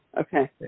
Okay